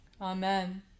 Amen